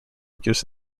gives